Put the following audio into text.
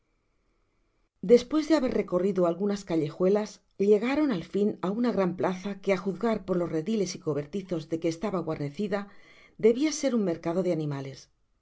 espues de haber recorrido algunas callejuelas llegaron al fin á una gran plaza que á juzgar por los rediles y cobertizos de que estaba guarnecida debia ser un mercado de animales